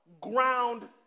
ground